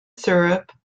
syrup